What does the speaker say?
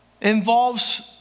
involves